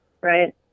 Right